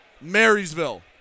Marysville